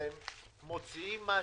אתם מוציאים משהו?